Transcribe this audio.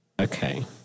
Okay